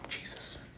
Jesus